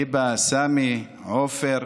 היבה, סמי, עופר,